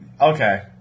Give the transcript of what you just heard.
Okay